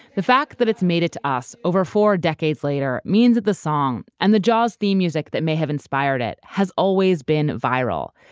the fact that it's made it to us over four decades later means that the song and the jaws' theme music that may have inspired it has always been viral.